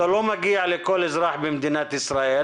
אתה לא מגיע לכל אזרח במדינת ישראל.